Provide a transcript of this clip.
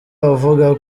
avuga